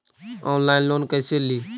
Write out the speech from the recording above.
Online loan कैसे ली?